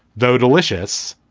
though. delicious,